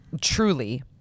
truly